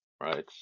right